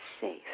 safe